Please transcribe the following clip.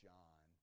John